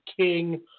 king